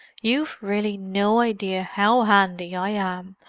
you've really no idea how handy i am!